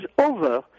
over